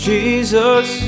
Jesus